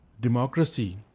democracy